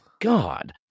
god